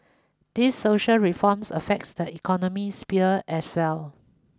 these social reforms affects the economic sphere as well